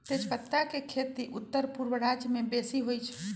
तजपत्ता के खेती उत्तरपूर्व राज्यमें बेशी होइ छइ